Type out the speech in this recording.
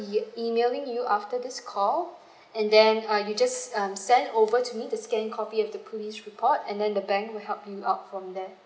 emailing you after this call and then uh you just um send over to me the scan copy the police report and then the bank will help you out from there